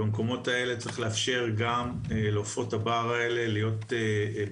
במקומות האלה צריך לאפשר גם לעופות הבר להיות במנוחה.